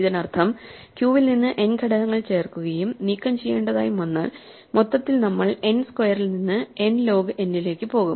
ഇതിനർത്ഥം ക്യൂവിൽ നിന്ന് n ഘടകങ്ങൾ ചേർക്കുകയും നീക്കംചെയ്യേണ്ടതായും വന്നാൽ മൊത്തത്തിൽ നമ്മൾ n സ്ക്വയറിൽ നിന്ന് n ലോഗ് n ലേക്ക് പോകും